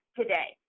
today